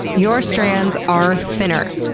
your strands are thinner.